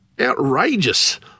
Outrageous